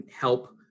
help